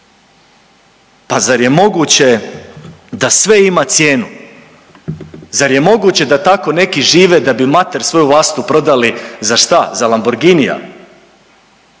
Pa zar je moguće da sve ima cijenu, zar je moguće da tako neki žive da bi mater svoju vlastitu prodali za šta, za Lamborghinija?